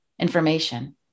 information